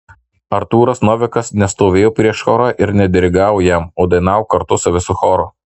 artūras novikas nestovėjo prieš chorą ir nedirigavo jam o dainavo kartu su visu choru